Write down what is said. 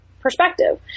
perspective